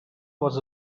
was